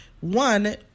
One